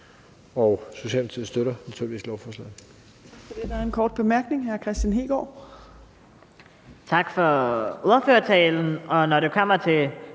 og Socialdemokratiet støtter naturligvis